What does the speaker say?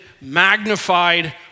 magnified